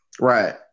Right